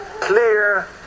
clear